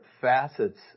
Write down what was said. facets